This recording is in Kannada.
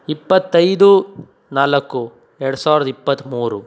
ಇಪ್ಪತ್ತೈದು ನಾಲ್ಕು ಎರಡು ಸಾವಿರದ ಇಪ್ಪತ್ತ್ಮೂರು